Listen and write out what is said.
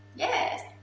yes,